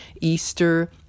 Easter